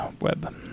web